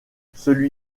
celui